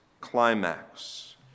climax